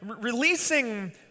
Releasing